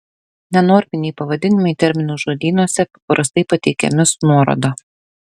nenorminiai pavadinimai terminų žodynuose paprastai pateikiami su nuoroda